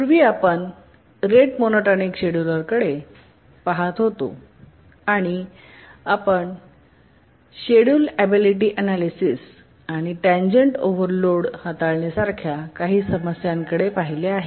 पूर्वी आपण rate monotonic शेड्युलरकडे पहात होतो आणि आपण सशेड्युल ऍबिलिटी अनालयसिस आणि टॅन्जंट ओव्हर लोड हाताळणी सारख्या काही समस्यांकडे पाहिले आहे